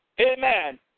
amen